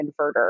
inverter